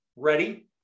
ready